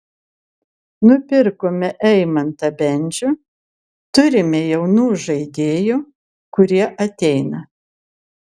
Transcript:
nupirkome eimantą bendžių turime jaunų žaidėjų kurie ateina